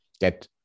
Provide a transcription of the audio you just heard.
get